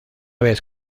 vez